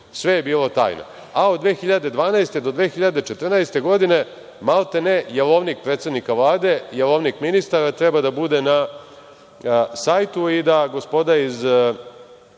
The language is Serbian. Sve je bilo tajna. Od 2012. do 2014. godine maltene jelovnik predsednika Vlade, jelovnik ministara treba da bude na sajtu i da gospoda iz